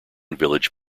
village